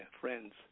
friends